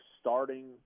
starting